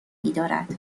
میدارد